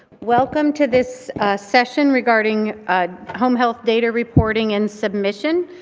welcome to this session regarding home health data reporting and submission.